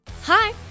Hi